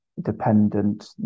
dependent